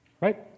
right